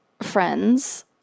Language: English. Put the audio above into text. friends